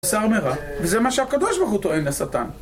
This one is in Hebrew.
סר מרע, וזה מה שהקדוש ברוך הוא טוען לשטן